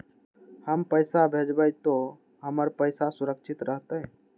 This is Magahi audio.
हम पैसा भेजबई तो हमर पैसा सुरक्षित रहतई?